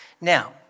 Now